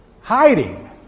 hiding